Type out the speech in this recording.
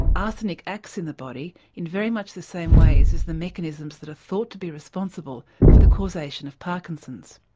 arsenic acts in the body in very much the same ways as the mechanisms that are thought to be responsible for the causation of parkinson's.